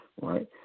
Right